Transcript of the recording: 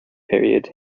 period